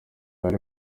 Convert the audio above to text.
hari